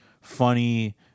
funny